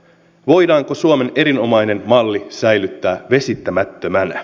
voidaanko suomen erinomainen malli säilyttää vesittämättömänä